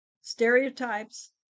stereotypes